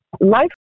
Life